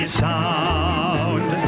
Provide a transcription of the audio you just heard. sound